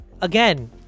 again